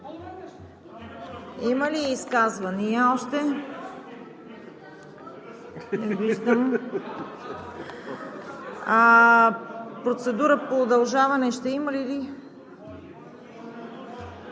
Има ли още изказвания? Не виждам. Процедура по удължаване ще има ли?